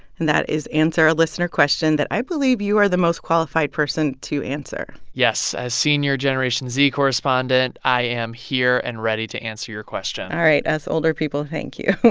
and that is answer a listener question that i believe you are the most qualified person to answer yes. as senior generation z correspondent, i am here and ready to answer your question all right. us older people thank you